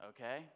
okay